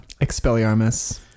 Expelliarmus